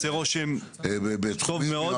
עושה רושם טוב מאוד,